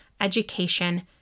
education